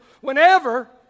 whenever